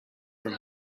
from